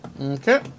Okay